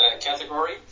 category